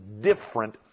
different